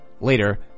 Later